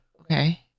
okay